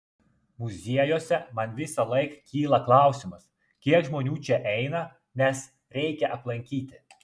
muziejuose man visąlaik kyla klausimas kiek žmonių čia eina nes reikia aplankyti